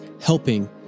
helping